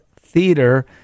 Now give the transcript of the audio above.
theater